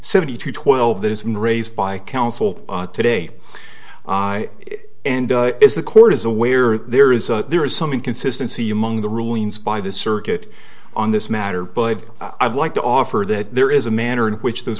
seventy two twelve that isn't raised by counsel today i and is the court is aware that there is a there is some inconsistency among the rulings by the circuit on this matter but i'd like to offer that there is a manner in which those